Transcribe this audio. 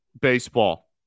baseball